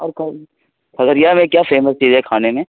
اور کھگریا میں کیا فیمس چیز ہے کھانے میں